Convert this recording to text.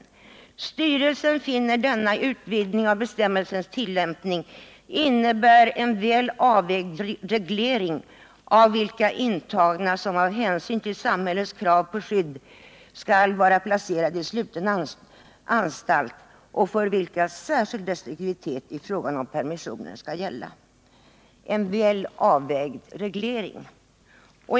Styrelsen anför: ”Styrelsen finner att denna utvidgning av bestämmelsens tillämpning innebär en väl avvägd reglering av vilka intagna som av hänsyn till samhällets krav på skydd skall vara placerade i sluten anstalt och för vilka särskild restriktivitet i fråga om permissioner skall gälla.” — En väl avvägd reglering, alltså.